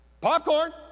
popcorn